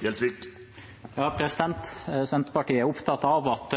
ein president! Senterpartiet er opptatt av at